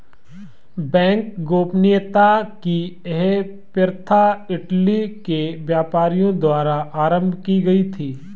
bank गोपनीयता की यह प्रथा इटली के व्यापारियों द्वारा आरम्भ की गयी थी